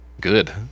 good